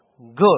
Good